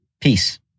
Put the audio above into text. Peace